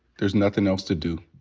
there's nothin' else to do.